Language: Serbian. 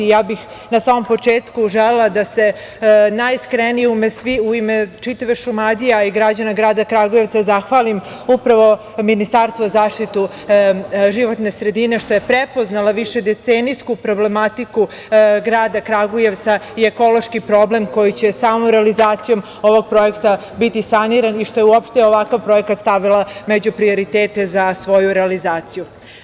Ja bih na samom početku želela da se najiskrenije u ime čitave Šumadije, kao i građana grada Kragujevca zahvalim upravo Ministarstvu za zaštitu životne sredine što je prepoznalo višedecenijsku problematiku grada Kragujevca i ekološki problem koji će samom realizacijom ovog projekta biti saniran i što je uopšte ovakav projekat stavila među prioritete za svoju realizaciju.